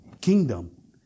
kingdom